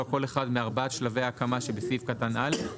כל אחד מארבעת שלבי ההקמה שבסעיף קטן (א)